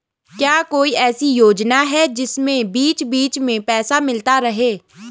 क्या कोई ऐसी योजना है जिसमें बीच बीच में पैसा मिलता रहे?